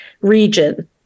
region